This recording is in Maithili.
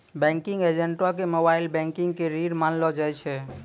बैंकिंग एजेंटो के मोबाइल बैंकिंग के रीढ़ मानलो जाय छै